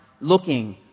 looking